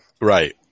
Right